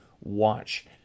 watch